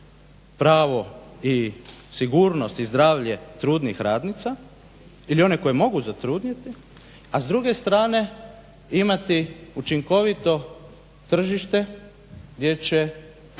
pravo i sigurnost i zdravlje trudnih radnica ili one koje mogu zatrudniti, a s druge strane imati učinkovito tržište gdje će